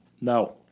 No